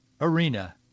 arena